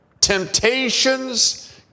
temptations